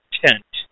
tent